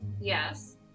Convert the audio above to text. Yes